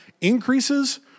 increases